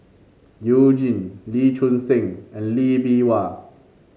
You Jin Lee Choon Seng and Lee Bee Wah